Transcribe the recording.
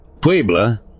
Puebla